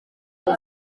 aho